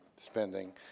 spending